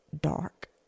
dark